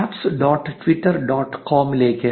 apps dot Twitter dot കോമിലേക്ക് apps